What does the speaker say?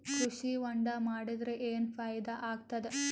ಕೃಷಿ ಹೊಂಡಾ ಮಾಡದರ ಏನ್ ಫಾಯಿದಾ ಆಗತದ?